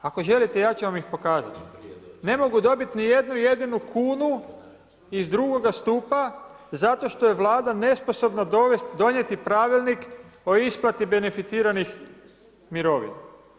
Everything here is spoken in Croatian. Ako želite ja ću vam ih pokazati. ne mogu dobiti ni jednu jedinu kunu iz drugoga stupa zato što je vlada nesposobna donijeti pravilnik o isplati beneficiranih mirovina.